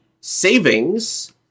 savings